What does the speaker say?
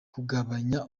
kugabanya